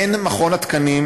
הן עם מכון התקנים,